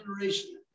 generation